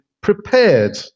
prepared